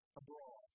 abroad